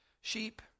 sheep